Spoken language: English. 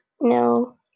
No